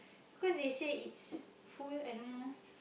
because they say it's full I don't know